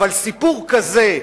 אבל סיפור כזה,